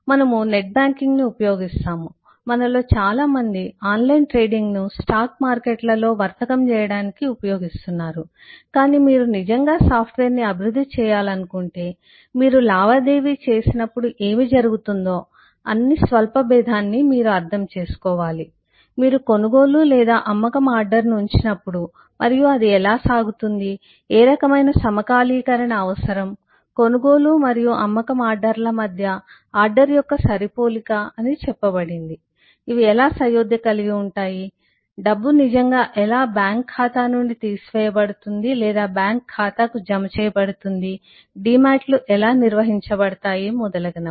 మనము నెట్ బ్యాంకింగ్ను ఉపయోగిస్తాము మనలో చాలామంది ఆన్లైన్ ట్రేడింగ్ను స్టాక్ మార్కెట్లలో వర్తకం చేయడానికి ఉపయోగిస్తున్నారు కానీ మీరు నిజంగా సాఫ్ట్వేర్ను అభివృద్ధి చేయాలనుకుంటేమీరు లావాదేవీ చేసినప్పుడు ఏమి జరుగుతుందో అన్ని స్వల్పభేదాన్ని మీరు అర్థం చేసుకోవాలి మీరు కొనుగోలు లేదా అమ్మకం ఆర్డర్ను ఉంచినప్పుడు మరియు అది ఎలా సాగుతుంది ఏ రకమైన సమకాలీకరణ అవసరం కొనుగోలు మరియు అమ్మకం ఆర్డర్ల మధ్య ఆర్డర్ యొక్క సరిపోలిక అని చెప్పబడింది ఇవి ఎలా సయోధ్య కలిగివుంటాయి డబ్బు నిజంగా ఎలా బ్యాంక్ ఖాతా నుండి తీసివేయబడుతుంది లేదా బ్యాంక్ ఖాతాకు జమ చేయబడుతుంది డీమాట్లు ఎలా నిర్వహించబడతాయి మొదలగునవి